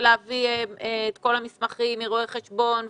זה להביא את כלל המסמכים מרואה חשבון וכולי.